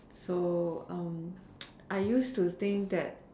so I used to think that